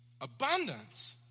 abundance